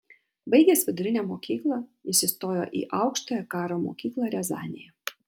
baigęs vidurinę mokyklą jis įstojo į aukštąją karo mokyklą riazanėje